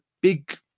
big